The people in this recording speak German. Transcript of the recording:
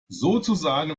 sozusagen